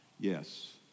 Yes